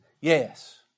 Yes